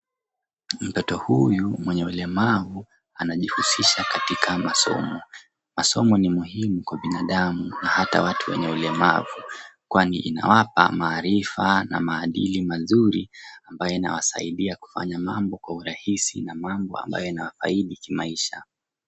Mtoto huyu mwenye ulemavu anajihusisha katika masomo. Masomo ni muhimu kwa binadamu na hata watu wenye ulemavu kwani inawapa maarifa na maadili mazuri ambayo inawasaidia kufanya mambo kwa urahisi na mambo ambayo inawafaidi kimaisha.